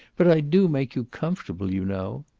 but i do make you comfortable, you know.